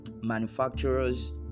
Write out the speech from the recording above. manufacturer's